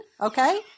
okay